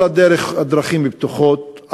כל הדרכים פתוחות,